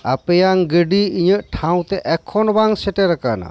ᱟᱯᱮᱭᱟᱜ ᱜᱟᱹᱰᱤ ᱤᱧᱟᱹᱜ ᱴᱷᱟᱶ ᱛᱮ ᱮᱠᱷᱚᱱᱚ ᱵᱟᱝ ᱥᱮᱴᱮᱨ ᱟᱠᱟᱱᱟ